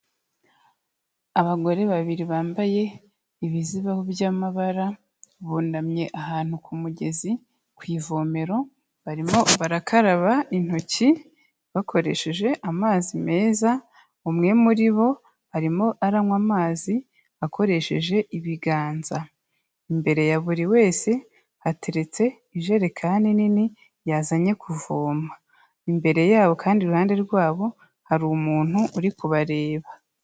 Abagore babiri bambaye ibizibaho by'amabara, bunamye ahantu ku mugezi ku ivomero, barimo barakaraba intoki bakoresheje amazi meza, umwe muri bo arimo aranywa amazi akoresheje ibiganza, imbere ya buri wese hateretse ijerekani nini yazanye kuvoma, imbere yabo kandi iruhande rwabo hari umuntu uri kubareba.